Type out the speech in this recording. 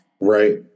right